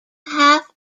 half